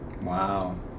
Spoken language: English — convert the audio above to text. wow